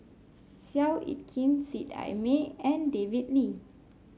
Seow Yit Kin Seet Ai Mee and David Lee